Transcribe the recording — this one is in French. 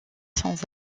sans